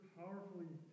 powerfully